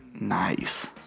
Nice